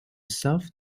self